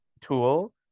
tool